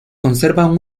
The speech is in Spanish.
conservan